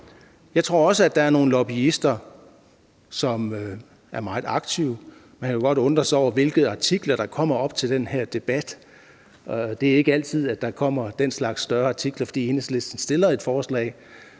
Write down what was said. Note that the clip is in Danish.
Jeg tror også, at der er nogle lobbyister, som er meget aktive, og man kan godt undre sig over visse af de artikler, der er udkommet op til den her debat, for det er ikke altid, at der kommer den slags større artikler, fordi Enhedslisten fremsætter et forslag.